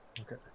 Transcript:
Okay